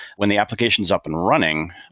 when the application is up and running,